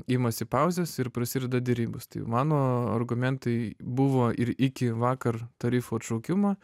imasi pauzės ir prasideda derybos tai mano argumentai buvo ir iki vakar tarifų atšaukimo